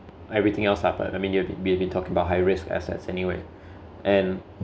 everything else stuff ah I mean we've been talking about high risk assets anyway and